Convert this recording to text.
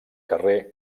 carrer